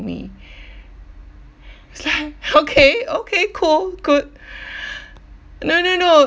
me it's like okay okay cool good no no no